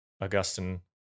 Augustine